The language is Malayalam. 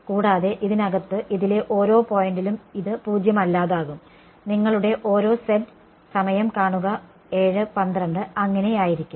കൂടാതെ ഇതിനകത്തു ഇതിലെ ഓരോ പോയിന്റിലും ഇത് പൂജ്യമല്ലാതാകും നിങ്ങളുടെ ഓരോ z അങ്ങനെയായിരിക്കും